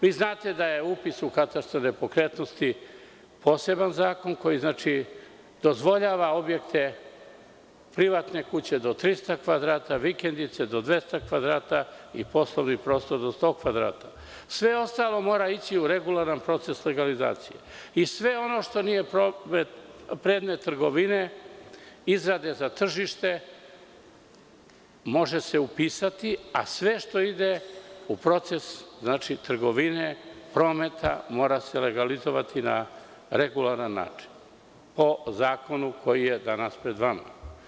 Vi znate da je upis u katastar nepokretnosti poseban zakon koji dozvoljava objekte privatne kuće do 300 kvadrata, vikendice do 200 kvadrata i poslovni prostor do 100 kvadrata, sve ostalo mora ići u regularan proces legalizacije i sve ono što nije predmet trgovine, izrade za tržište, može se upisati, a sve što ide u proces trgovine, prometa, mora se legalizovati na regularan način po zakonu koji je danas pred vama.